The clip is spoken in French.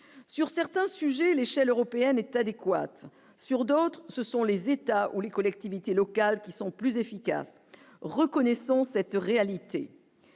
sur certains sujets, l'échelle européenne est adéquate sur d'autres, ce sont les États ou les collectivités locales qui sont plus efficaces, reconnaissons cette réalité,